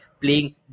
playing